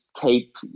keep